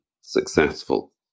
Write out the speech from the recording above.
successful